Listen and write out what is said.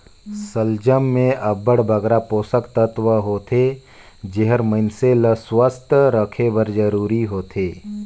सलजम में अब्बड़ बगरा पोसक तत्व होथे जेहर मइनसे ल सुवस्थ रखे बर जरूरी होथे